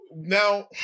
now